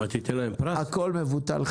הכול מבוטל.